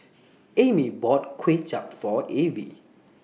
Amy bought Kuay Chap For Avie